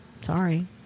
sorry